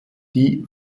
die